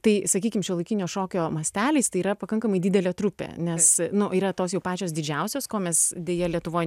tai sakykim šiuolaikinio šokio masteliais tai yra pakankamai didelė trupė nes nu yra tos jau pačios didžiausios ko mes deja lietuvoj